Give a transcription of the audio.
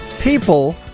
People